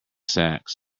sax